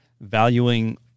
Valuing